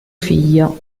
figlio